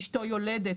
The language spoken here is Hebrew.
אשתו יולדת,